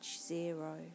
zero